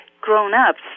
grown-ups